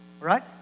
Right